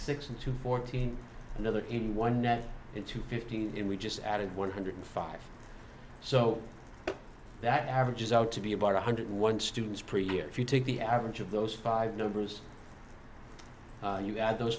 six into fourteen another in one net into fifteen and we just added one hundred five so that averages out to be about one hundred one students per year if you take the average of those five numbers you add those